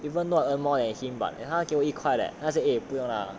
even though I earn more than him but 他给我一块 leh 他是 eh 不用 lah